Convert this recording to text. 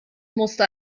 musste